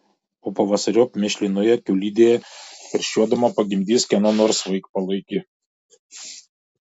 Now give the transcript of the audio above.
o pavasariop mėšlinoje kiaulidėje karščiuodama pagimdys kieno nors vaikpalaikį